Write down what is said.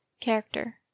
character